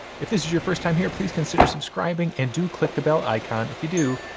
if this is your first time here, please consider subscribing, and do click the bell icon if you do.